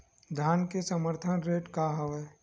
धान के समर्थन रेट का हवाय?